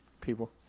people